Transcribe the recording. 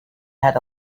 had